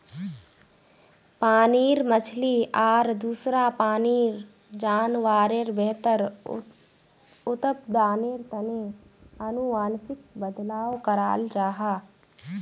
पानीर मछली आर दूसरा पानीर जान्वारेर बेहतर उत्पदानेर तने अनुवांशिक बदलाव कराल जाहा